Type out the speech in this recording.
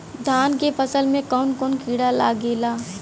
धान के फसल मे कवन कवन कीड़ा लागेला?